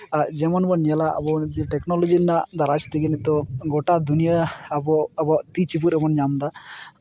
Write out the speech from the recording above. ᱡᱮᱢᱚᱱ ᱵᱚᱱ ᱧᱮᱞᱟ ᱟᱵᱚ ᱴᱮᱠᱱᱳᱞᱚᱡᱤ ᱨᱮᱱᱟᱜ ᱫᱟᱨᱟᱭ ᱛᱮᱜᱮ ᱱᱤᱛᱚᱜ ᱜᱳᱴᱟ ᱫᱩᱱᱤᱭᱟᱹ ᱟᱵᱚ ᱟᱵᱚᱣᱟᱜ ᱛᱤ ᱪᱩᱯᱩᱫ ᱨᱮᱵᱚᱱ ᱧᱟᱢᱫᱟ